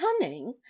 cunning